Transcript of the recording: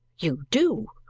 you do!